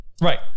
Right